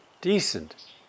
decent